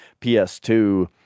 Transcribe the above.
PS2